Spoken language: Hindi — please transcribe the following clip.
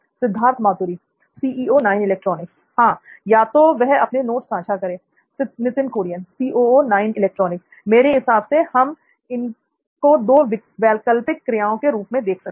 सिद्धार्थ मातुरी हां या तो वह अपने नोट्स सांझा करें l नित्थिन कुरियन मेरे हिसाब से हम इनको दो वैकल्पिक क्रियाओं के रूप में रख सकते हैं